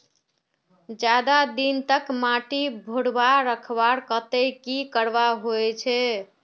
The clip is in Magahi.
ज्यादा दिन तक माटी भुर्भुरा रखवार केते की करवा होचए?